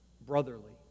brotherly